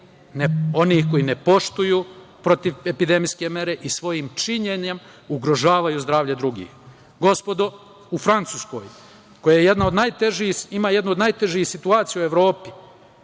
onih koji ne poštuju protivepidemijske mere i svojim činjenjem ugrožavaju zdravlje drugih. Gospodo, u Francuskoj, koja ima jednu od najtežih situacija u Evropi,